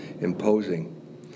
imposing